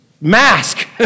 mask